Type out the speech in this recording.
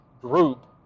group